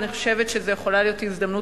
ואני חושבת שזו יכולה להיות הזדמנות